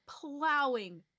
plowing